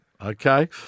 Okay